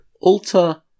alter